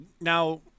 Now